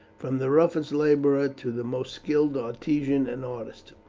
from the roughest labourer to the most skilled artisan and artist.